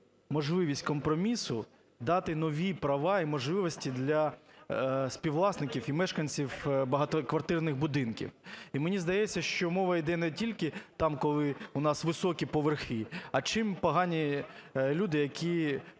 можливість компромісу, дати нові права і можливості для співвласників і мешканців багатоквартирних будинків. І мене здається, що мова йде не тільки там, коли у нас високі поверхи, а чим погані люди, які